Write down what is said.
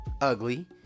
Ugly